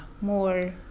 More